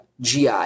GI